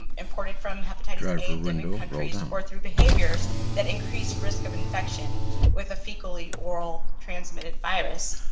um imported from hepatitis a endemic countries or through behaviors that increase risk of infection with a fecally oral transmitted virus.